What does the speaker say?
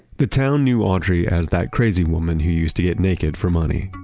the town knew audrey as that crazy woman who used to get naked for money.